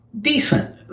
decent